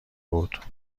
بود